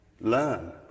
learn